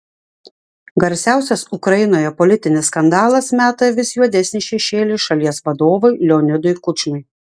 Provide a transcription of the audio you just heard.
garsiausias ukrainoje politinis skandalas meta vis juodesnį šešėlį šalies vadovui leonidui kučmai